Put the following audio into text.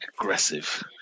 Aggressive